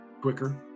quicker